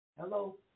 Hello